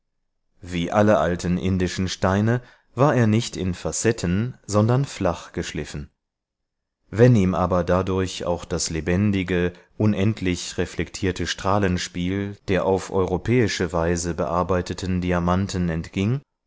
wie alle alten indischen steine war er nicht in facetten sondern flach geschliffen wenn ihm aber dadurch auch das lebendige unendlich reflektierte strahlenspiel der auf europäische weise bearbeiteten diamanten entging